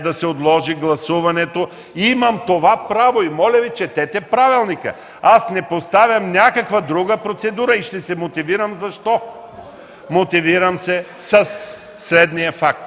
да се отложи гласуването. Имам това право и моля Ви, четете правилника. Не поставям някаква друга процедура и ще се мотивирам защо. Мотивирам се със следния факт.